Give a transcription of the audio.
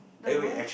the worst